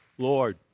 Lord